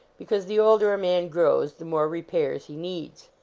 be cause the older a man grows the more re pairs he needs.